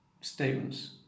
statements